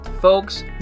folks